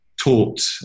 taught